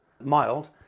mild